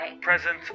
Present